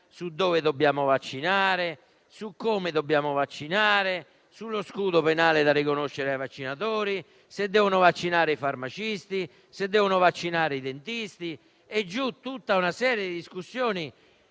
su chi deve vaccinare, dove e come dobbiamo vaccinare, sullo scudo penale da riconoscere ai vaccinatori, se devono vaccinare i farmacisti o i dentisti, e su tutta una serie di discussioni,